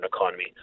economy